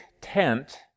tent